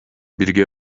бирге